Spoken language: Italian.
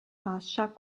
fascia